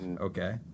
Okay